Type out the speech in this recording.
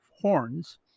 horns